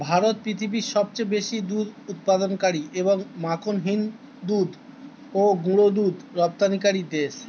ভারত পৃথিবীর সবচেয়ে বেশি দুধ উৎপাদনকারী এবং মাখনহীন দুধ ও গুঁড়ো দুধ রপ্তানিকারী দেশ